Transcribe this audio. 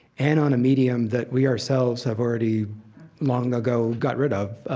and on a medium that we ourselves have already long ago got rid of.